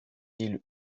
ils